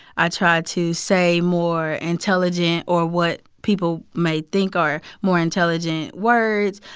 i tried to say more intelligent or what people may think are more intelligent words,